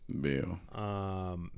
Bill